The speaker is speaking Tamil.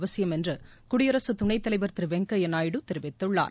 அவசியம் என்று குடியரசு துணைத்தலைவர் திரு வெங்கையா நாயுடு தெரிவித்துள்ளார்